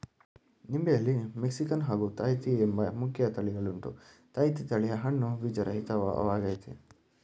ನಿಂಬೆಯಲ್ಲಿ Mexican ಹಾಗೂ Tahiti ಎಂಬ ಮುಖ್ಯ ತಳಿಗಳುಂಟು ತಾಹಿತಿ ತಳಿಯ ಹಣ್ಣು ಬೀಜರಹಿತ ವಾಗಯ್ತೆ